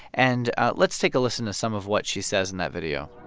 and let's take a listen to some of what she says in that video